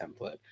template